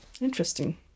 Interesting